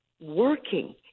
working